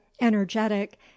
energetic